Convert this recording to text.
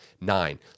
Nine